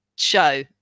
Show